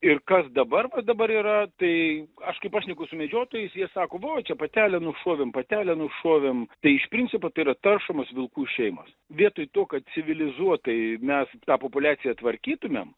ir kas dabar va dabar yra tai aš kai pašneku su medžiotojais jie sako vo čia patelę nušovėm patelę nušovėm tai iš principo tai yra taršomos vilkų šeimos vietoj to kad civilizuotai mes tą populiaciją tvarkytumėm